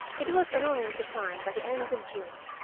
it was annoying to find, by the end of june,